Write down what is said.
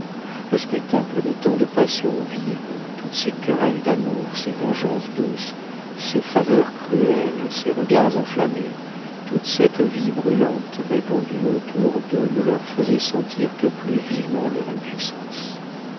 le spectacle de tant de passions vives toutes ces querelles d'amour ces vengeances douces ces faveurs cruelles ces regards enflammés toute cette vie brûlante répandue autour d'eux ne leur faisait sentir que plus vivement leur impuissance